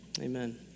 Amen